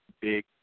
big